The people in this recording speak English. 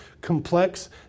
complex